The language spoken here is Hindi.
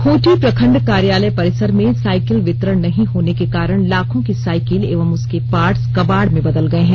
खुंटी प्रखंड कार्यालय परिसर में साइकिल वितरण नहीं होने के कारण लाखों की साईकिल एंव उसके पार्ट्स कबाड में बदल गये है